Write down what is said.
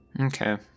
Okay